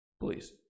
Please